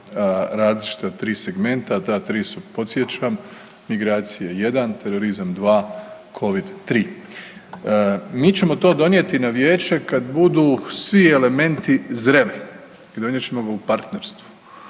različita 3 segmenta, ta 3 su podsjećam, migracije jedan, terorizam dva, covid tri. Mi ćemo to donijeti na vijeće kad budu svi elementi zreli i donijet ćemo ga u partnerstvu